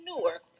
Newark